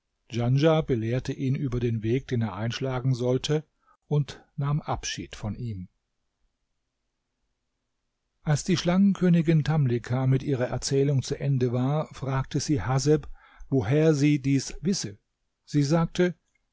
djanschah belehrte ihn über den weg den er einschlagen sollte und nahm abschied von ihm als die schlangenkönigin tamlicha mit ihrer erzählung zu ende war fragte sie haseb woher sie dies wisse sie sagte